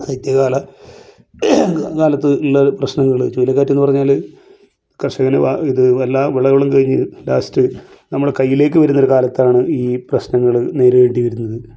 ശൈത്യ കാല കാലത്ത് ഉള്ളൊരു പ്രശ്നമാണ് ചുഴലിക്കാറ്റെന്ന് പറഞ്ഞാൽ കർഷകന് ഇത് എല്ലാ വിളകളും കഴിഞ്ഞ് ലാസ്റ്റ് നമ്മൾ കയ്യിലേക്ക് വരുന്ന ഒരു കാലത്താണ് ഈ പ്രശ്നങ്ങൾ നേരിടേണ്ടി വരുന്നത്